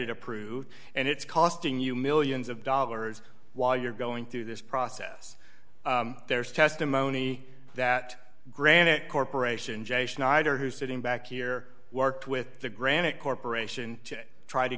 it approved and it's costing you millions of dollars while you're going through this process there's testimony that granite corporation j schneider who's sitting back here worked with the granite corporation to try to